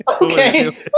okay